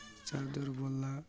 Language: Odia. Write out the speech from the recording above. ଚାର୍ଜର୍ ଗଲା